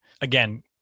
again